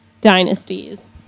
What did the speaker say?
dynasties